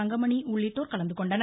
தங்கமணி உள்ளிட்டோர் கலந்து கொண்டனர்